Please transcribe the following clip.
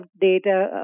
data